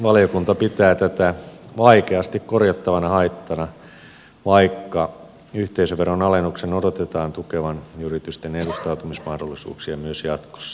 valiokunta pitää tätä vaikeasti korjattavana haittana vaikka yhteisöveron alennuksen odotetaan tukevan yritysten edustautumismahdollisuuksia myös jatkossa